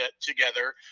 together